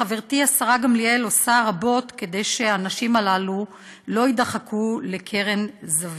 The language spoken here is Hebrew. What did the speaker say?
חברתי השרה גמליאל עושה רבות כדי שהאנשים הללו לא יידחקו לקרן זווית.